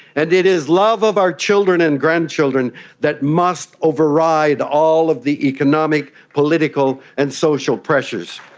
and it is love of our children and grandchildren that must override all of the economic, political and social pressures.